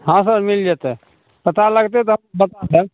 हँ सर मिल जेतै पता लगतै तऽ बता देब